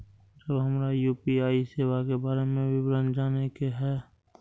जब हमरा यू.पी.आई सेवा के बारे में विवरण जाने के हाय?